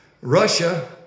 Russia